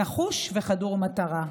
נחוש וחדור מטרה.